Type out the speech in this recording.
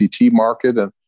market